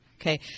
Okay